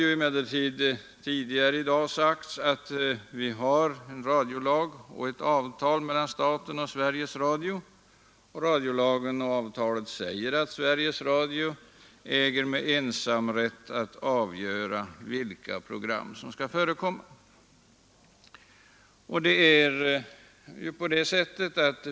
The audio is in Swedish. Här har tidigare i dag påpekats att radiolagen och avtalet mellan staten och Sveriges Radio säger att Sveriges Radio äger att med ensamrätt avgöra vilka program som skall sändas.